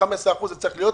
הפיצוי שלהם צריך להיות